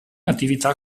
attività